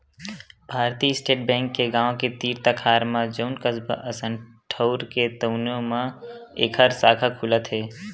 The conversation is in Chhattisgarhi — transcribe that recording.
भारतीय स्टेट बेंक के गाँव के तीर तखार म जउन कस्बा असन ठउर हे तउनो म एखर साखा खुलत हे